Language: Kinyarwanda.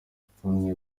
ipfunwe